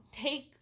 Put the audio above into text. Take